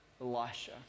Elisha